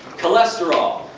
cholesterol.